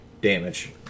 damage